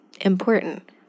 important